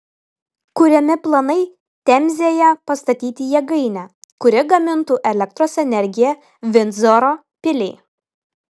kuriami planai temzėje pastatyti jėgainę kuri gamintų elektros energiją vindzoro piliai